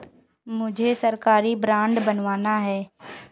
मुझे सरकारी बॉन्ड बनवाना है